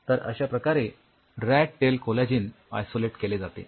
तर अश्या प्रकारे रॅट टेल कोलॅजिन आयसोलेट केले जाते